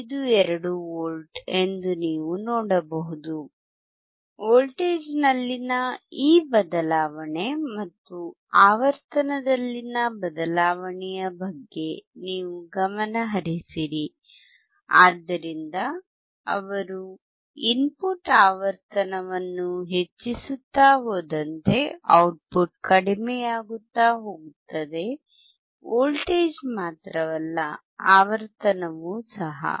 52 volt ಎಂದು ನೀವು ನೋಡಬಹುದು ವೋಲ್ಟೇಜ್ನಲ್ಲಿನ ಈ ಬದಲಾವಣೆ ಮತ್ತು ಆವರ್ತನದಲ್ಲಿನ ಬದಲಾವಣೆಯ ಬಗ್ಗೆ ನೀವು ಗಮನ ಹರಿಸಿರಿ ಆದ್ದರಿಂದ ಅವರು ಇನ್ಪುಟ್ ಆವರ್ತನವನ್ನು ಹೆಚ್ಚಿಸುತ್ತಾ ಹೋದಂತೆ ಔಟ್ಪುಟ್ ಕಡಿಮೆಯಾಗುತ್ತಾ ಹೋಗುತ್ತದೆ ವೋಲ್ಟೇಜ್ ಮಾತ್ರವಲ್ಲ ಆವರ್ತನವೂ ಸಹ